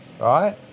right